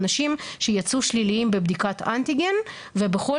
אנשים שיצאו שליליים בבדיקת אנטיגן ובכל